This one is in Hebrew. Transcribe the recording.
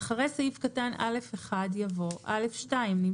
אחרי סעיף קטן (א1) יבוא: "(א2)נמסרה